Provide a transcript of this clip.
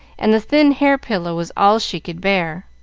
and the thin hair pillow was all she could bear.